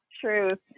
truth